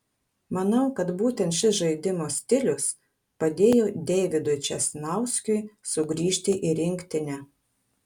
manau kad būtent šis žaidimo stilius padėjo deividui česnauskiui sugrįžti į rinktinę